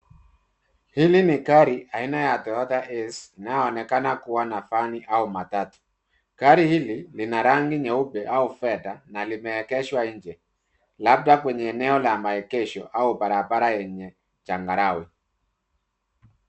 Hili ni gari aina ya Toyota Hiace inayoonekana kuwa ni vani au matatu. Gari hili lina rangi nyeupe au fedha na limeegeshwa nje labda kwenye eneo la maegesho au barabara yenye changarawe.